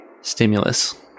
stimulus